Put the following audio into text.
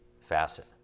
facet